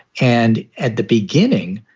and at the beginning,